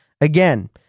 again